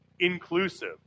inclusive